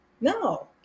No